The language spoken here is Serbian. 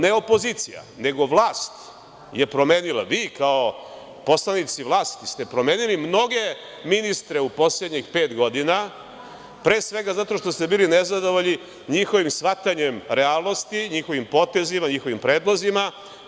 Ne opozicija, nego vlast je promenila, vi kao poslanici vlasti ste promenili mnoge ministre u poslednjih pet godina, pre svega zato što ste bili nezadovoljni njihovim shvatanjem realnosti, njihovim potezima, njihovim predlozima.